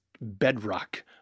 bedrock